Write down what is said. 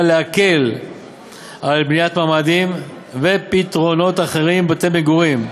להקל על בניית ממ"דים ופתרונות אחרים בבתי-מגורים.